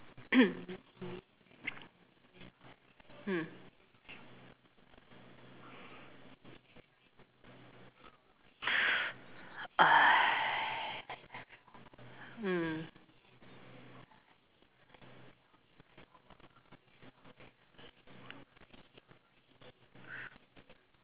mm mm